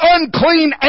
unclean